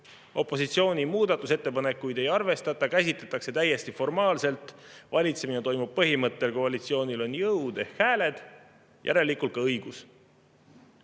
Opositsiooni muudatusettepanekuid ei arvestata, käsitletakse täiesti formaalselt, valitsemine toimub põhimõttel, et koalitsioonil on jõud ehk hääled, järelikult ka õigus.